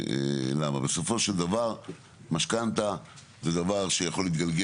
בסופו של דבר משכנתה זה דבר שיכול להתגלגל